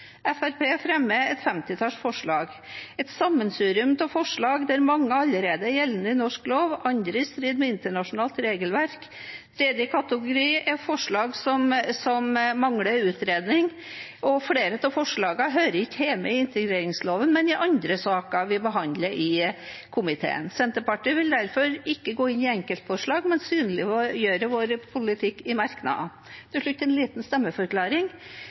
fremmer et femtitalls forslag. Noen er et sammensurium av forslag der mange allerede er gjeldende i norsk lov, andre er i strid med internasjonalt regelverk, og en tredje kategori er forslag som mangler en utredning. Flere av forslagene hører ikke hjemme i integreringsloven, men i andre saker vi behandler i komiteen. Senterpartiet vil derfor ikke gå inn i enkeltforslag, men vi synliggjør vår politikk i merknader. Til slutt en liten stemmeforklaring: